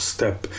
Step